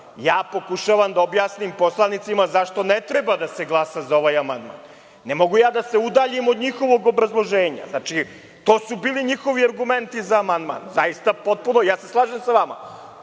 Pokušavam da objasnim poslanicima zašto ne treba da se glasa za ovaj amandman. Ne mogu da se udaljim od njihovog obrazloženja. Znači, to su bili njihovi argumenti za amandman. Slažem se sa vama.